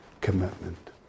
commitment